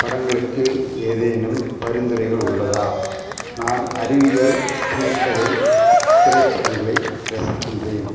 படங்களுக்கு ஏதேனும் பரிந்துரைகள் உள்ளதா நான் அறிவியல் புனைகதை திரைப்படங்களை ரசிக்கின்றேன்